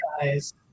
guys